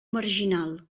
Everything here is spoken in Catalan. marginal